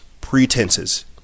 pretenses